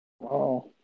Wow